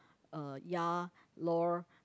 uh ya lor